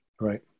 Right